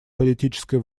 политической